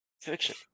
fiction